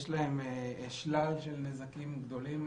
יש להם שלל של נזקים גדולים.